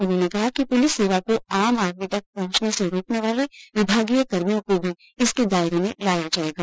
उन्होंने कहा कि पुलिस सेवा को आम आदमी तक पहुंचने से रोकने वाले विभागीय कर्मियों को भी इसके दायरे में लाया जायेगा